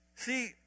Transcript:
See